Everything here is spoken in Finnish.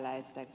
arhinmäellä